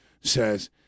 says